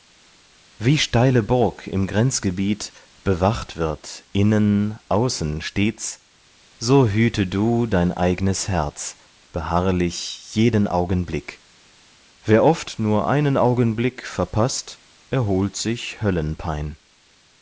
wie steile burg im grenzgebiet bewacht wird innen außen stets so hüte du dein eignes herz beharrlich jeden augenblick wer oft nur einen augenblick verpaßt erholt sich